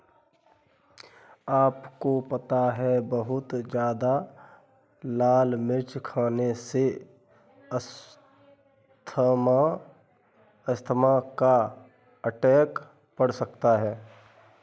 आपको पता है बहुत ज्यादा लाल मिर्च खाने से अस्थमा का अटैक पड़ सकता है?